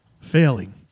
failing